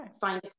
find